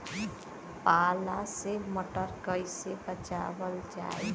पाला से मटर कईसे बचावल जाई?